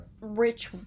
rich